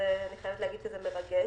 אני חייבת להגיד שזה מרגש.